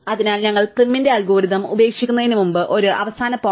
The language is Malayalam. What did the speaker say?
അതിനാൽ ഞങ്ങൾ പ്രിമിന്റെ അൽഗോരിതം ഉപേക്ഷിക്കുന്നതിനുമുമ്പ് ഒരു അവസാന പോയിന്റ്